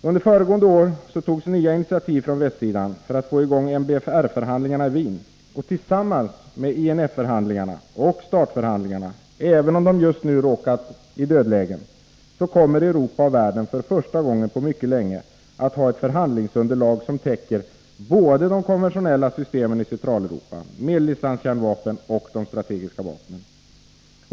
Under föregående år togs nya initiativ från västsidan för att få i gång MBFR-förhandlingarna i Wien. Tillsammans med INF-förhandlingarna och START-förhandlingarna, även om de just nu råkat i dödläge, kommer Europa och världen för första gången på mycket länge att ha ett förhandlingsunderlag som täcker både de konventionella systemen i Centraleuropa, medeldistanskärnvapen och de strategiska vapnen.